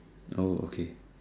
oh okay